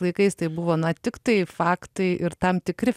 laikais tai buvo na tiktai faktai ir tam tikri